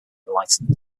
enlightened